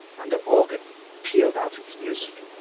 and the organ pealed out its music,